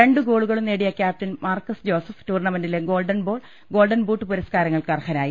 രണ്ട് ഗോളുകളും നേടിയ ക്യാപ്റ്റൻ മാർക്കസ് ജോസഫ് ടൂർണ്ണമെന്റിലെ ഗോൾഡൻ ബോൾ ഗോൾഡൻ ബൂട്ട് പുരസ്കാരങ്ങൾക്ക് അർഹനായി